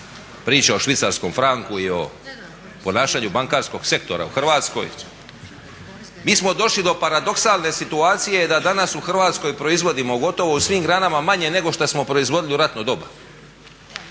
priča o švicarskom franku i o ponašanju bankarskog sektora u Hrvatskoj. Mi smo došli do paradoksalne situacije da danas u Hrvatskoj proizvodimo gotovo u svim granama manje nego što smo proizvodili u ratno doba.